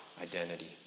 identity